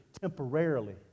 temporarily